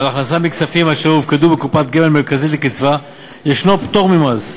על הכנסה מכספים אשר הופקדו בקופת גמל מרכזית לקצבה יש פטור ממס,